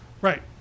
Right